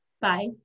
Bye